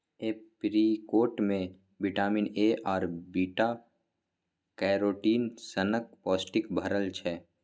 apricot मे vitamin A आर beta carotene सनक पौष्टिक भरल छै